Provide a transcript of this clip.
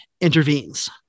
intervenes